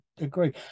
agree